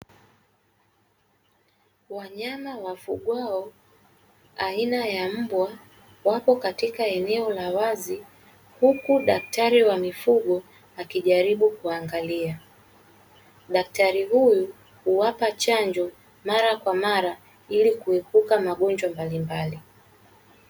Wanyama wafugwao aina ya mbwa, wapo katika eneo la wazi, huku daktari wa mifugo akijaribu kuangalia. Daktari huyu huwapa chanjo mara kwa mara, ili kuepuka magonjwa mbalimbali.